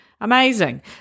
Amazing